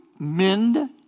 Mend